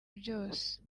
byose